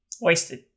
Wasted